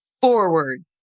forward